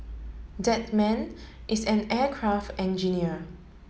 that man is an aircraft engineer